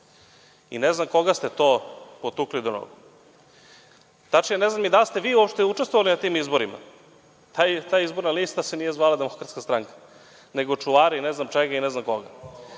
i ne znam koga ste to potukli do nogu. Tačnije, ne znam ni da li ste vi uopšte učestvovali na tim izborima. Ta izborna lista se nije zvala DS, nego čuvari ne znam čega i ne znam koga.